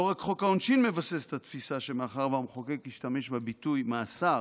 לא רק חוק העונשין מבסס את התפיסה שמאחר שהמחוקק השתמש בביטוי "מאסר",